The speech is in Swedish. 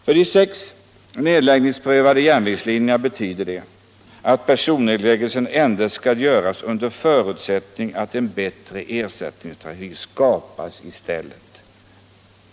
För de sex järnvägslinjer som skall nedläggningsprövas betyder detta att nedläggning av persontrafiken endast skall göras under förutsättning att en bättre ersättningstrafik skapas.